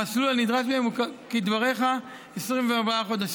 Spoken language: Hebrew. המסלול הנדרש מהן הוא כדבריך, 24 חודשים.